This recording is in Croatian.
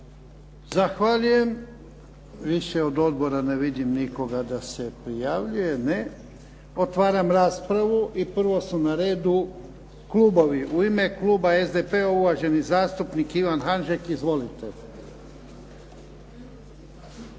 Zahvaljujem. Više od odbora ne vidim nikoga da se prijavljuje. Ne. Otvaram raspravu i prvo su na redu klubovi. U ime kluba SDP-a, uvaženi zastupnik Ivan Hanžek. Izvolite.